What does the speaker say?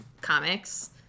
comics